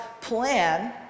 plan